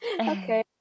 okay